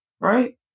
Right